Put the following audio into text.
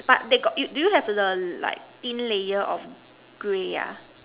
but they got do you have the like thin layer of grey ah